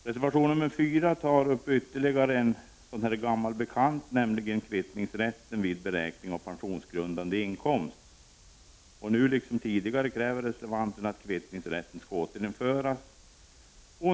Reservation nr 4 tar upp ytterligare en gammal bekant fråga, nämligen kvittningsrätten vid beräkning av pensionsgrundande inkomst. Nu, liksom tidigare, kräver reservanterna att kvittningsrätten skall återinföras.